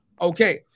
Okay